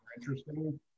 interesting